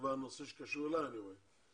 כבר נושא שקשור אליי, אני רואה.